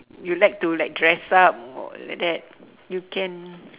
you like to like dress up or like that you can